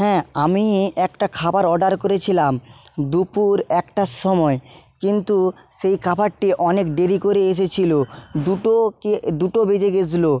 হ্যাঁ আমি একটা খাবার অর্ডার করেছিলাম দুপুর একটার সময় কিন্তু সেই খাবারটি অনেক দেরি করে এসেছিলো দুটো কি দুটো বেজে গেছিলো